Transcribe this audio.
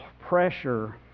pressure